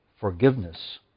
forgiveness